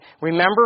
Remember